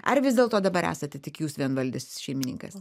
ar vis dėlto dabar esate tik jūs vienvaldis šeimininkas